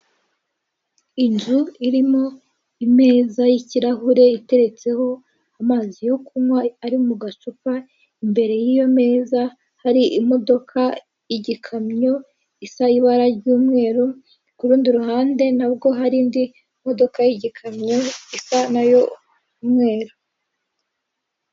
Inzu irimo ameza y'kirahure iteretseho amazi yo kunywa ari mu gacupa, imbere y'iyo meza hari imodoka y'igikamyo isa y'ibara ry'umweru, ku rundi ruhande nabwo hari indi modoka y'ikamyo isa nayo umweru.